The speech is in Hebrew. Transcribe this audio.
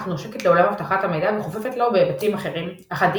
אך נושקת לעולם אבטחת המידע וחופפת לו בהיבטים אחדים,